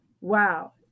wow